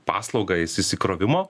paslaugą įsisikrovimo